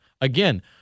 Again